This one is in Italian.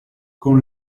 con